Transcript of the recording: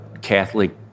Catholic